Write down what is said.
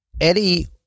Eddie